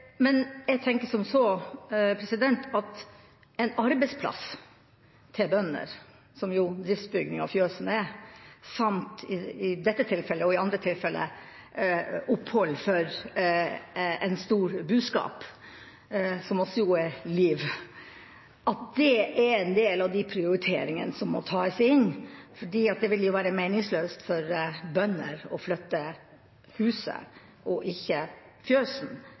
Jeg tenker som så at en arbeidsplass for bønder, som jo driftsbygningen, fjøset, er, samt i dette tilfellet og i andre tilfeller oppholdssted for en stor buskap, som jo også er liv, er en del av de prioriteringene som må tas inn. Det vil jo være meningsløst for bønder å flytte huset og ikke